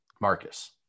marcus